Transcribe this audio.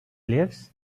lives